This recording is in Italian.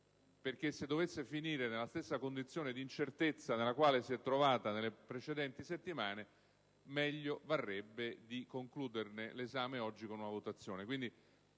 se infatti dovesse finire nella stessa condizione di incertezza nella quale si è trovata nelle precedenti settimane, meglio varrebbe concluderne l'esame oggi con una votazione.